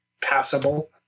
passable